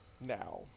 now